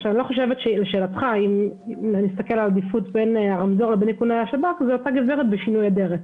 אז לשאלתך מה עדיף בין השתיים זו אותה הגברת בשינוי האדרת.